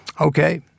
okay